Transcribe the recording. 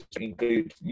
include